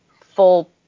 full